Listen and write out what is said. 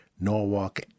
Norwalk